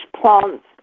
plants